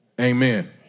amen